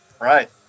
right